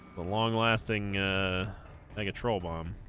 the long lasting like a troll bomb